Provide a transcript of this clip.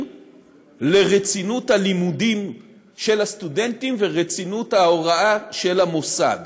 לרצינות הלימודים של הסטודנטים ורצינות ההוראה של המוסד.